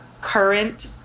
current